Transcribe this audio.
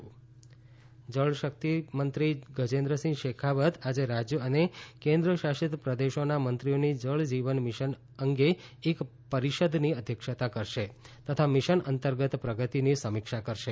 જલ Jeevan mission જળ શકિતમંત્રી ગજેન્દ્રસિંહ શેખાવત આજે રાજયો અને કેન્દ્ર શાસિત પ્રદેશોના મંત્રીઓની જળજીવન મિશન અંગે એક પરીષદની અધ્યક્ષતા કરશે તથા મિશન અંતર્ગત પ્રગતિની સમીક્ષા કરશે